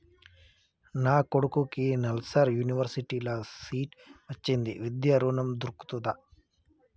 నా కొడుకుకి నల్సార్ యూనివర్సిటీ ల సీట్ వచ్చింది విద్య ఋణం దొర్కుతదా?